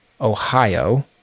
Ohio